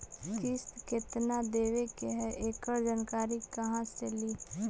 किस्त केत्ना देबे के है एकड़ जानकारी कहा से ली?